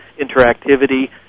interactivity